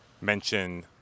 mention